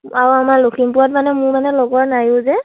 আৰু আমাৰ লখিমপুৰত মানে মোৰ মানে লগৰ নায়ো যে